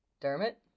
Dermot